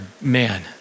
man